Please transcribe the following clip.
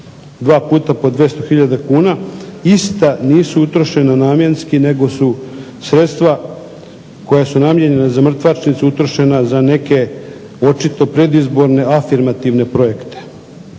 dva puta po 200 tisuća kuna, ista nisu utrošena namjenski nego su sredstva koja su namijenjena za mrtvačnicu utrošena za neke očito predizborne afirmativne projekte.